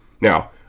Now